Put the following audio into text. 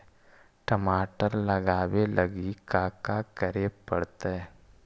टमाटर लगावे लगी का का करये पड़तै?